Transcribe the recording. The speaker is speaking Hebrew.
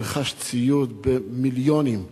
ונרכש ציוד במיליונים.